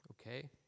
Okay